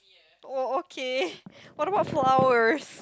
oh okay what about flowers